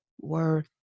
worth